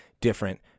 different